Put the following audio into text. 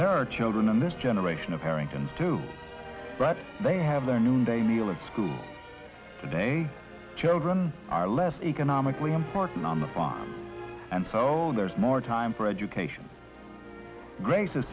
there are children in this generation of harrington's too but they have their noonday meal in school today children are less economically important on the farm and so on there's more time for education greates